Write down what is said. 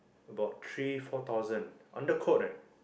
about three four thousand under quote leh